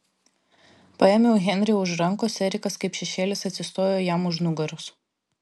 paėmiau henrį už rankos erikas kaip šešėlis atsistojo jam už nugaros